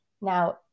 Now